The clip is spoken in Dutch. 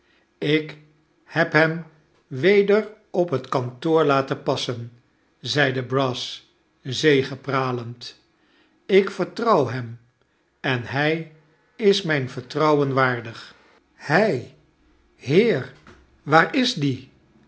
ik heb hem weder op het kantoor laten passen zeide brass zegepralend ik vertrouw hem en hij is mijn vertrouwen waardig hij heer waar is die